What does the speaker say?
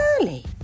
early